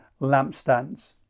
lampstands